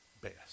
best